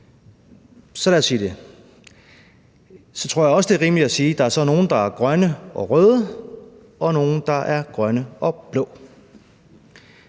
forskelle tror jeg også, det er rimeligt at sige, at der er nogle, der er grønne og røde, og andre, der er grønne og blå.